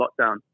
lockdown